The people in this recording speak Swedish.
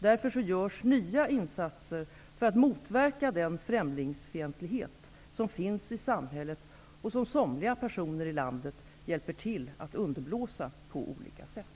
Därför görs nya insatser för att motverka den främlingsfientlighet som finns i samhället och som somliga personer i landet hjälper till att underblåsa på olika sätt.